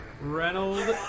Reynolds